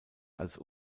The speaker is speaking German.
als